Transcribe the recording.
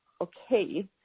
okay